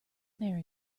there